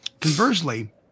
conversely